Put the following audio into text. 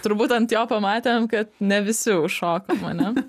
turbūt ant jo pamatėm kad ne visi užšokom ane